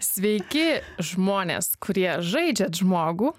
sveiki žmonės kurie žaidžiat žmogų